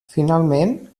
finalment